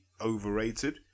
overrated